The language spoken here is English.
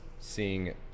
seeing